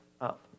up